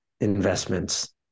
investments